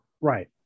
Right